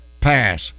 pass